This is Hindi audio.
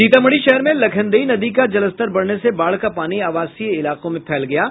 सीतामढ़ी शहर में लखनदेई नदी का जलस्तर बढ़ने से बाढ़ का पानी आवासीय इलाकों में फैला हुआ है